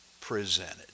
presented